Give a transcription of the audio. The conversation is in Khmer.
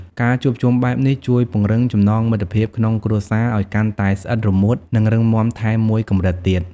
ការជួបជុំបែបនេះជួយពង្រឹងចំណងមិត្តភាពក្នុងគ្រួសារឲ្យកាន់តែស្អិតរមួតនិងរឹងមាំថែមមួយកម្រិតទៀត។